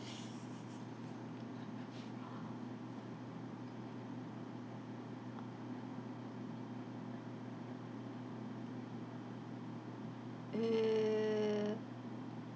err